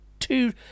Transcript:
Two